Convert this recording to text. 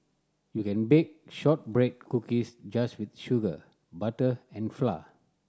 you can bake shortbread cookies just with sugar butter and flour